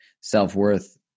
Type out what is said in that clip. self-worth